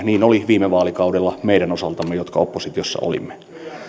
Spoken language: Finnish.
niin oli viime vaalikaudella meidän osaltamme jotka oppositiossa olimme